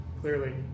clearly